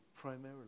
primarily